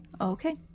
Okay